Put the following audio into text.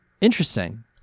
Interesting